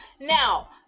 Now